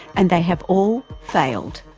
and they have all failed.